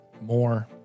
More